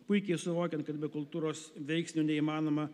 puikiai suvokiant kad be kultūros veiksnio neįmanoma